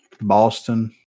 Boston